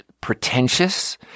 pretentious